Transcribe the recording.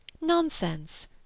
Nonsense